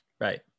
right